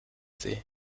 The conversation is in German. sie